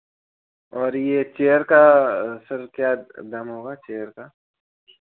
और यह चेयर का सर क्या दाम होगा चेयर का